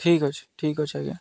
ଠିକ୍ ଅଛି ଠିକ ଅଛି ଆଜ୍ଞା